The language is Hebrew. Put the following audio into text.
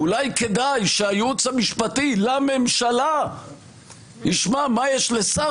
אולי כדאי שהייעוץ המשפטי לממשלה ישמע מה יש לשר